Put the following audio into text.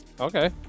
okay